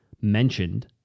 mentioned